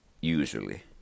usually